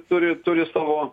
turi turi savo